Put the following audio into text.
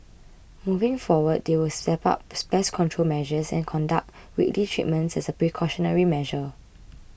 moving forward they will step up pest control measures and conduct weekly treatments as a precautionary measure